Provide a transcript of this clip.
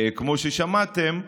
כמו ששמעתם,